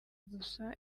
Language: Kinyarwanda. gusa